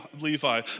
Levi